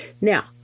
Now